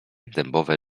dębowe